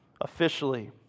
officially